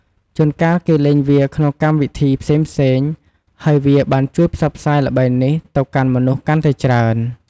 ជួនកាលគេលេងវាក្នុងកម្មវិធីផ្សេងៗ ហើយវាបានជួយផ្សព្វផ្សាយល្បែងនេះទៅកាន់មនុស្សកាន់តែច្រើន។